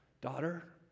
Daughter